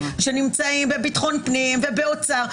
שנמצאים בביטחון פנים ובאוצר,